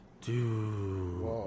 Dude